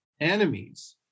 enemies